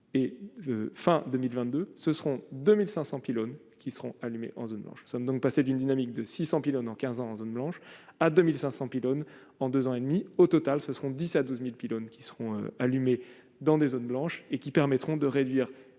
et fin 2022, ce seront 2500 pylônes qui seront allumés en zone blanche, nous sommes donc passés d'une dynamique de 600 pilotes dans 15 ans en zone blanche à 2500 pylônes en 2 ans et demi au total ce sont 10 à 12000 pylônes qui seront allumés dans des zones blanches et qui permettront de réduire